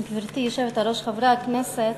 גברתי היושבת-ראש, חברי הכנסת,